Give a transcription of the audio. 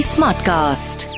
Smartcast